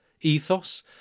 ethos